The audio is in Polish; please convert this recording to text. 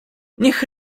niech